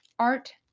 Art